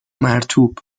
مرطوب